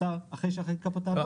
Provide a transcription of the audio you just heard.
אחרי החקיקה פה,